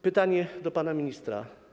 Pytanie do pana ministra.